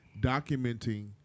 documenting